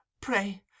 pray